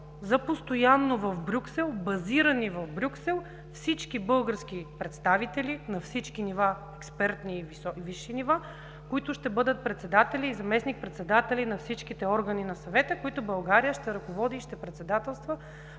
за постоянно в Брюксел, базирани в Брюксел, всички български представители на всички нива – експертни и висши, които ще бъдат председатели и заместник-председатели на всичките органи на Съвета, които България ще ръководи и ще председателства